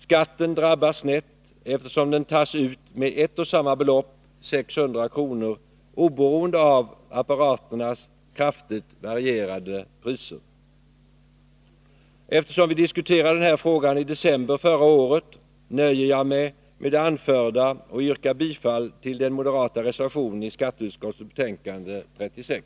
Skatten drabbar snett eftersom den tas ut med ett och samma belopp, 600 kr., oberoende av apparaternas kraftigt varierande priser. Eftersom vi diskuterade den här frågan i december förra året nöjer jag mig med det anförda och yrkar bifall till den moderata reservationen i skatteutskottets betänkande 36.